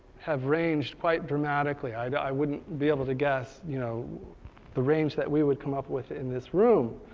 have ranged quite dramatically. i and i wouldn't be able to guess you know the range that we would come up with in this room.